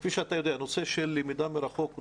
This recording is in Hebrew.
כפי שאתה יודע נושא של למידה מרחוק הוא